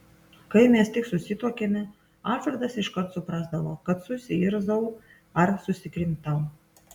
kai mes tik susituokėme alfredas iškart suprasdavo kad suirzau ar susikrimtau